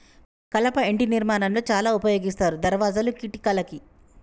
కలప ఇంటి నిర్మాణం లో చాల ఉపయోగిస్తారు దర్వాజాలు, కిటికలకి